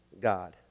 God